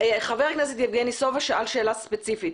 חבר הכנסת יבגני סובה שאל שאלה ספציפית.